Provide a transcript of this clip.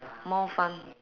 more fun